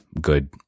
good